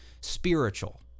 spiritual